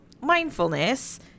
mindfulness